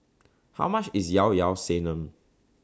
How much IS Yao Yao Sanum